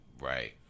Right